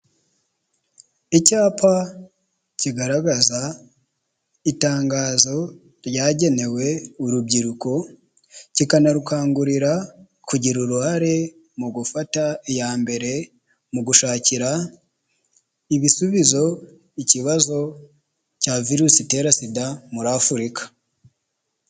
Icyapa kigaragaza itangazo ryagenewe urubyiruko, cyikanarukangurira kugira uruhare mu gufata iya mbere mu gushakira ibisubizo ikibazo cya virusi itera sida muri Afurika.